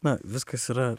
na viskas yra